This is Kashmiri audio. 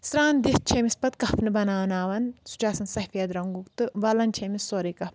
سران دِتھ چھِ أمِس پَتہٕ کَفنہٕ بَناوناوَان سُہ چھُ آسان سفید رنٛگُک تہٕ وَلَن چھِ أمِس سورُے کفنہٕ